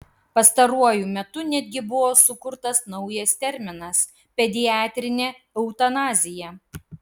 pastaruoju metu netgi buvo sukurtas naujas terminas pediatrinė eutanazija